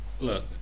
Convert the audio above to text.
look